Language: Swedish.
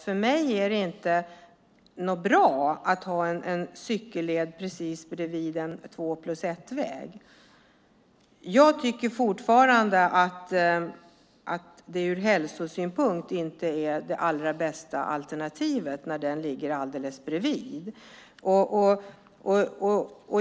För mig är det inte bra att ha en cykelled precis bredvid en två-plus-ett-väg. Jag tycker fortfarande att det ur hälsosynpunkt inte är det allra bästa alternativet när den ligger alldeles bredvid.